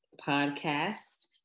podcast